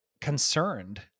concerned